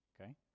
Okay